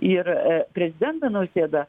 ir prezidentą nausėdą